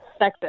Sexist